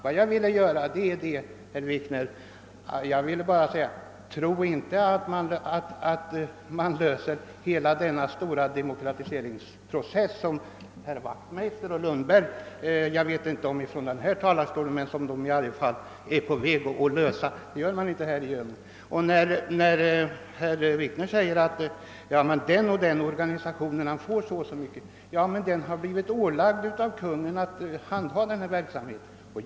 Vad jag ville säga, herr Wikner, var att herr Wikner inte skall tro, att man kan genomföra hela den stora demokratiseringsprocess som herr Wachtmeister och herr Lundberg tror sig vara på väg att genomföra. Det gör man inte på det sättet. Med anledning av att herr Wikner vänder sig mot att en viss organisation får så mycket i anslag vill jag framhålla, att den organisationen har blivit ålagd av Kungl. Maj:t att genomföra denna verksamhet.